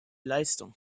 leistung